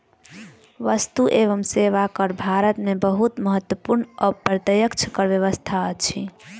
वस्तु एवं सेवा कर भारत में बहुत महत्वपूर्ण अप्रत्यक्ष कर व्यवस्था अछि